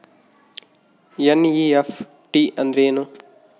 NEFT ಅಂದ್ರೆನು?